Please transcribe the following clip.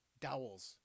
dowels